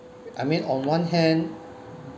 I mean on one hand